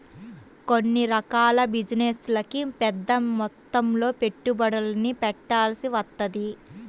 కొన్ని రకాల బిజినెస్లకి పెద్దమొత్తంలో పెట్టుబడుల్ని పెట్టాల్సి వత్తది